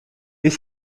est